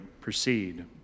proceed